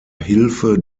hilfe